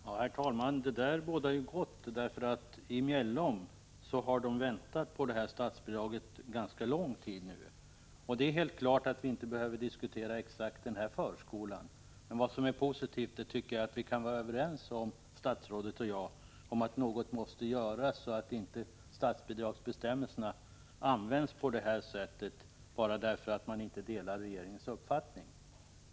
Herr talman! Det bådar gott. I Mjällom har man väntat på statsbidraget ganska lång tid nu. Det är helt klart att vi inte behöver diskutera just den här förskolan. Men det positiva är att statsrådet och jag kan vara överens om att något måste göras så att inte statsbidragsbestämmelserna används på detta sätt bara därför att man inte delar regeringens uppfattning.